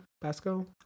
Basco